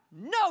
no